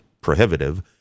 prohibitive